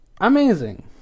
amazing